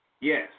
Yes